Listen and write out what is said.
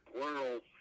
world